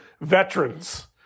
veterans